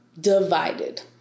divided